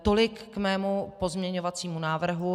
Tolik k mému pozměňovacímu návrhu.